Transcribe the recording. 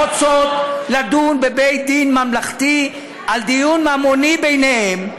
ורוצות לדון בבית-דין ממלכתי על דיון ממוני ביניהן.